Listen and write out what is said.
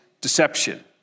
deception